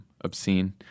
obscene